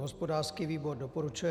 Hospodářský výbor doporučuje